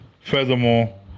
Furthermore